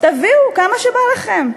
תביאו כמה שבא לכם.